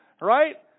right